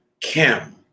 Kim